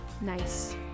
Nice